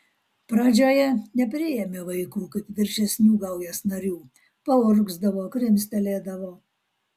pradžioje nepriėmė vaikų kaip viršesnių gaujos narių paurgzdavo krimstelėdavo